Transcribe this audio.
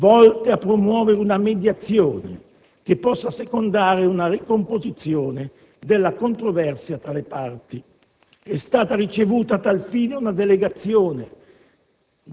volte a promuovere una mediazione che possa assecondare una ricomposizione della controversia tra le parti. È stata ricevuta, a tal fine, una delegazione